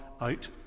out